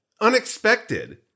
Unexpected